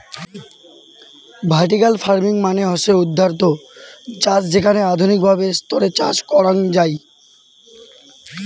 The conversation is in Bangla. ভার্টিকাল ফার্মিং মানে হসে উর্ধ্বাধ চাষ যেখানে আধুনিক ভাবে স্তরে চাষ করাঙ যাই